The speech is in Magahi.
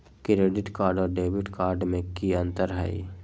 क्रेडिट कार्ड और डेबिट कार्ड में की अंतर हई?